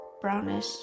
brownish